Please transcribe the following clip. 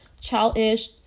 childish